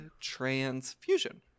transfusion